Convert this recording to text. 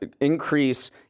increase